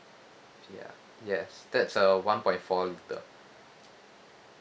ya yes that's a one point four litre